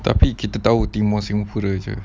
tapi kita tahu timur singapura jer